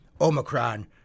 Omicron